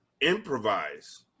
improvise